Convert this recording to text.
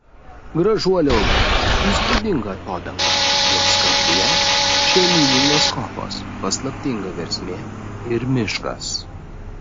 gražuolė ūla įspūdinga atodanga jos skardyje žemyninės kopos paslaptinga versmė ir miškas